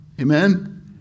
Amen